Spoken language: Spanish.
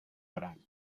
oral